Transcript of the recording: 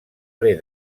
ple